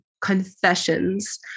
confessions